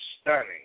stunning